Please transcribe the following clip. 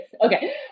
Okay